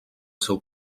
seu